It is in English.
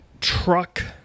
truck